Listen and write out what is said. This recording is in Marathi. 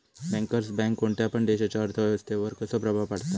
बँकर्स बँक कोणत्या पण देशाच्या अर्थ व्यवस्थेवर कसो प्रभाव पाडता?